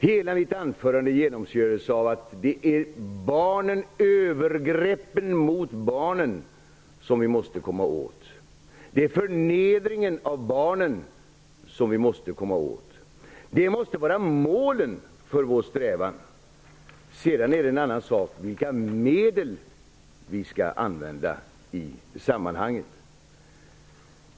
Hela mitt anförande genomsyrades av att det är övergreppen mot barnen som vi måste komma åt. Det är förnedringen av barnen som vi måste komma åt. Det måste vara målet för vår strävan. Sedan är det en annan sak vilka medel vi skall använda i sammanhanget.